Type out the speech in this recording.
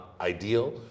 ideal